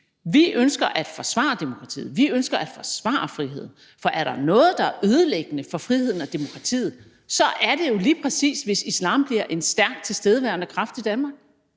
Vi ønsker at forsvare demokratiet, vi ønsker at forsvare friheden, for er der noget, der er ødelæggende for friheden og demokratiet, så er det jo lige præcis, hvis islam bliver en stærkt tilstedeværende kraft i Danmark.